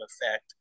effect